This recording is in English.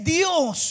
Dios